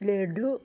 laddu